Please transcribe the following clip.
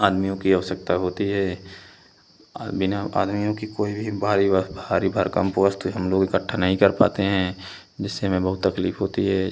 आदमियों की आवश्यकता होती है बिना आदमियों की कोई भी भारी व भारी भरकम वस्तु हम लोग इकट्ठा नहीं कर पाते हैं जिससे हमें बहुत तकलीफ़ होती है